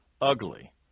ugly